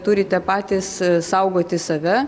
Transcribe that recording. turite patys saugoti save